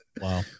Wow